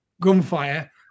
gunfire